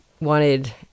wanted